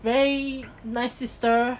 very nice sister